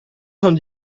cent